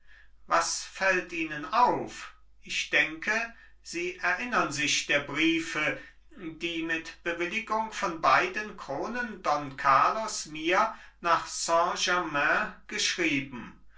was fällt ihnen auf ich denke sie erinnern sich der briefe die mit bewilligung von beiden kronen don carlos mir nach saint germain geschrieben